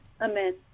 Amen